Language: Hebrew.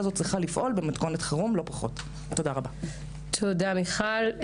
וצריך להבחין בין המילים